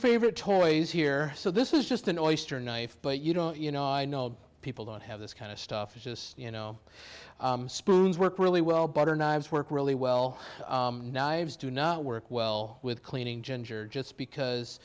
favorite toys here so this is just an oyster knife but you know you know i know people don't have this kind of stuff just you know spoons worked really well butter knives work really well knives do not work well with cleaning ginger just because